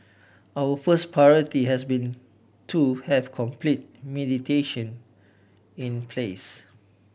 our first priority has been to have complete mitigation in place